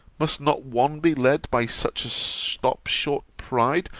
must not one be led by such a stop-short pride,